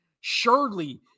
surely